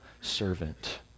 servant